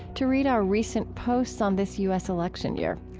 to read our recent posts on this u s. election year.